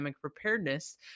preparedness